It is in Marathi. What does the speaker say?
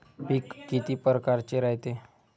पिकं किती परकारचे रायते?